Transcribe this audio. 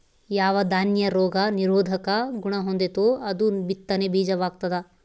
ಯಾವ ದಾನ್ಯ ರೋಗ ನಿರೋಧಕ ಗುಣಹೊಂದೆತೋ ಅದು ಬಿತ್ತನೆ ಬೀಜ ವಾಗ್ತದ